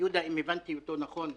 יהודה אם הבנתי אותו נכון,